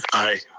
aye.